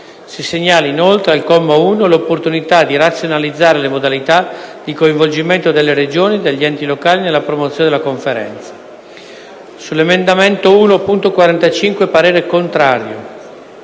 Si segnala, inoltre, al comma 1, l’opportunitadi razionalizzare le modalita di coinvolgimento delle Regioni e degli enti locali nella promozione della Conferenza. – sull’emendamento 1.45 parere contrario,